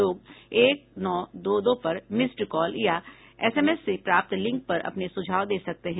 लोग एक नौ दो दो पर मिस्ड कॉल या एसएमएस से प्राप्त लिंक पर अपने सुझाव दे सकते हैं